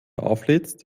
auflädst